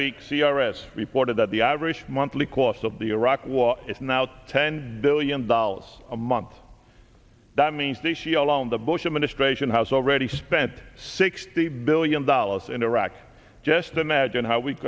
week c r s reported that the average monthly cost of the iraq war is now ten billion dollars a month that means the sheol and the bush administration has already spent sixty billion dollars in iraq just imagine how we